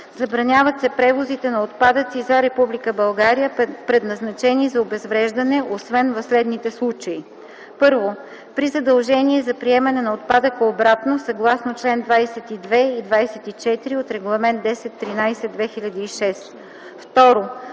Забраняват се превозите на отпадъци за Република България, предназначени за обезвреждане, освен в следните случаи: 1. при задължение за приемане на отпадъка обратно съгласно чл. 22 и 24 от Регламент 1013/2006;